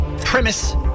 premise